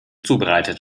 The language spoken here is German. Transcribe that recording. zubereitet